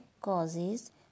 causes